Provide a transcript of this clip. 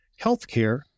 healthcare